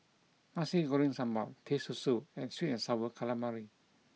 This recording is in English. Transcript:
Nasi Goreng Sambal Teh Susu and sweet and sour calamari